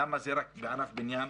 למה זה רק בענף הבניין?